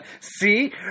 See